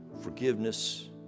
forgiveness